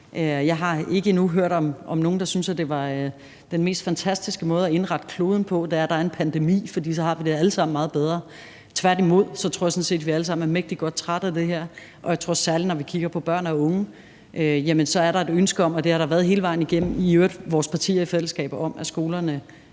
Jeg har endnu ikke hørt om nogen, der syntes, at det var den mest fantastiske måde at indrette kloden på, altså ved at der er en pandemi, og så har vi det alle sammen meget bedre. Tværtimod tror jeg sådan set, at vi alle sammen er mægtig trætte af det her. Og jeg tror, at der, særlig når vi kigger på børn og unge, er et ønske om – og det har der været hele vejen igennem, i øvrigt fra vores partier i fællesskab – at skolerne